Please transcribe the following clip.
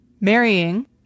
marrying